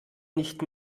nicht